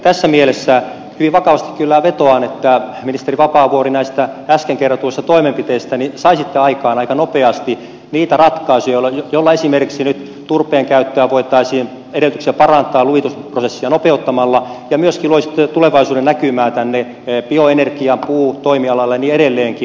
tässä mielessä hyvin vakavasti kyllä vetoan että ministeri vapaavuori näistä äsken kerrotuista toimenpiteistä saisitte aikaan aika nopeasti niitä ratkaisuja joilla esimerkiksi turpeen käytön edellytyksiä voitaisiin parantaa luvitusprosessia nopeuttamalla ja myöskin loisitte tulevaisuudennäkymää tänne bioenergiapuun toimialalle edelleenkin